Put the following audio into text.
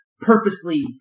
purposely